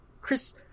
Chris